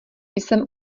jsem